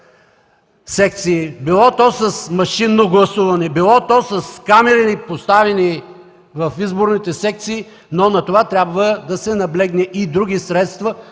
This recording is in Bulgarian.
било то с машинно гласуване, било то с камери, поставени в изборните секции, но на това трябва да се наблегне и с други средства,